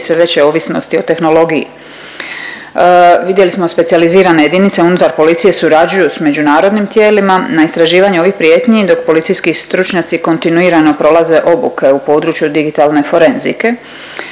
sve veće ovisnosti o tehnologiji. Vidjeli smo specijalizirane jedinice, unutar policije surađuju s međunarodnim tijelima na istraživanju ovih prijetnji, dok policijski stručnjaci kontinuirano prolaze obuke u području digitalne forenzike.